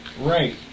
Right